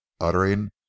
uttering